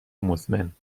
مزمن